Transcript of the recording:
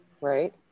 Right